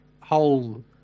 whole